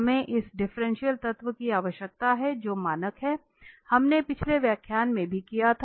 हमें इस डिफ्रेंटिएल तत्व की आवश्यकता है जो मानक है हमने पिछले व्याख्यान में भी किया है